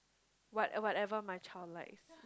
what whatever my child likes